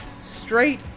straight